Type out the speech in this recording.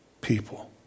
people